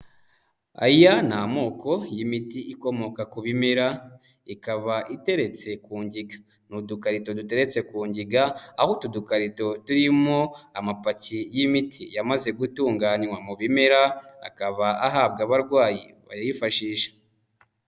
Aya ni amoko y'imiti ikomoka ku bimera, ikaba iteretse ku ngiga, ni udukarito duteretse ku ngiga, aho utu dukarito turimo amapaki y'imiti yamaze gutunganywa mu bimera, akaba ahabwa abarwayi bayifashisha.